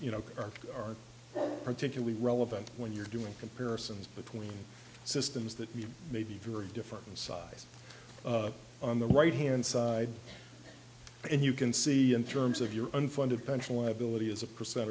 you know are particularly relevant when you're doing comparisons between systems that may be very different in size on the right hand side and you can see in terms of your unfunded pension liability as a percent